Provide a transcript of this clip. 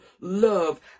love